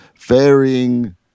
varying